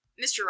Mr